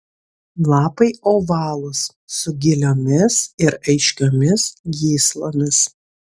lapai ovalūs su giliomis ir aiškiomis gyslomis